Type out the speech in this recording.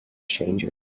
strangers